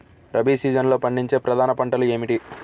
రబీ సీజన్లో పండించే ప్రధాన పంటలు ఏమిటీ?